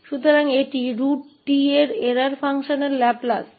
तो यह √𝑡 के एरर फंक्शन का लैपलेस है